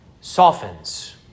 softens